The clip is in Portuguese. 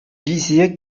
dizia